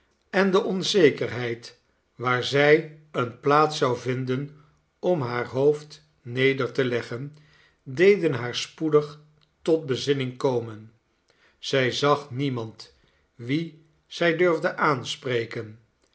de honger de vermoeienis endeonzekerheid waar zij eene plaats zou vinden om haar hoofd neder te leggen deden haar spoedig tot bezinning komen zij zag niemand wien zij durfde aanspreken